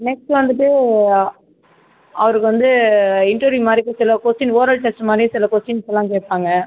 next வந்துவிட்டு அவருக்கு வந்து இன்ட்டெர்வியூ மாதிரிக்கு சில கொஸ்டின் ஓரல் டெஸ்ட்டு மாதிரி சில கொஸ்டின்ஸ்லாம் கேட்பாங்க